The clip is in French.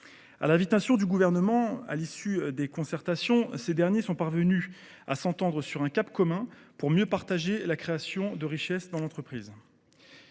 l’invitation du Gouvernement, à l’issue des concertations, ces derniers sont parvenus à s’entendre sur un cap commun pour mieux partager la création de richesse dans l’entreprise.